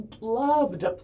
loved